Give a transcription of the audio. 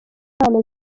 mpano